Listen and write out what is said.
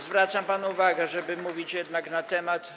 Zwracam panu uwagę, żeby mówić jednak na temat.